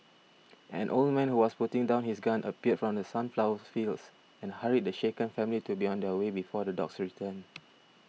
an old man who was putting down his gun appeared from the sunflower fields and hurried the shaken family to be on their way before the dogs return